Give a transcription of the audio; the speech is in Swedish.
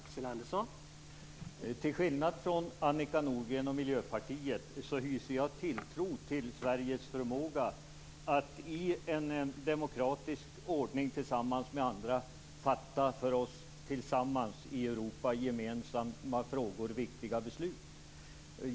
Herr talman! Till skillnad från Annika Nordgren och Miljöpartiet hyser jag tilltro till Sveriges förmåga att i en demokratisk ordning tillsammans med andra fatta för oss alla i Europa gemensamma frågor viktiga beslut.